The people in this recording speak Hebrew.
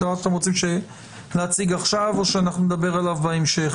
אתם רוצים שנציג עכשיו או נדבר עליו בהמשך?